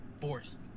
force